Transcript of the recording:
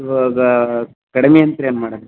ಇವಾಗ ಕಡಿಮೆ ಅಂತ್ರ ಏನು ಮಾಡಣ